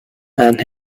and